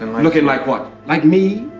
and looking like what? like me?